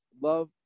Love